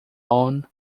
own